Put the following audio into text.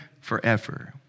forever